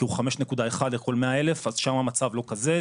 כי הוא 5.1 לכל 100 אלף אז שם המצב לא כזה,